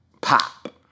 pop